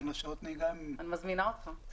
אני מזמינה אותך.